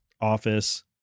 office